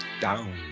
down